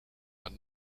man